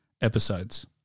episodes